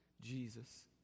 Jesus